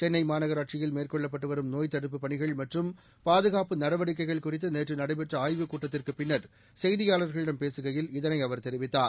சென்னை மாநகராட்சியில் மேற்கொள்ளப்பட்டு வரும் நோய்த் தடுப்புப் பணிகள் மற்றும் பாதுகாப்பு நடவடிக்கைகள் குறித்து நேற்று நடைபெற்ற ஆய்வுக்கூட்டத்திற்கு பின்னர் செய்தியாளர்களிடம் பேசுகையில் இதனை அவர் தெரிவித்தார்